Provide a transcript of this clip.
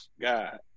god